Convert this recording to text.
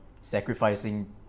sacrificing